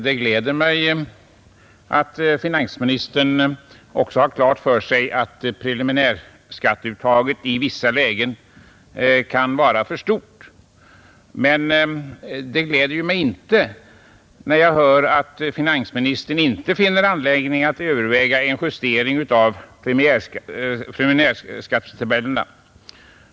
Det gläder mig att finansministern har klart för sig att preliminärskatteuttaget i vissa lägen kan vara för stort, men det gläder mig inte när jag hör att finansministern inte finner anledning att överväga en justering av preliminärskattetabellerna.